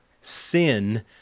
sin